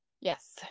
Yes